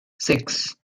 six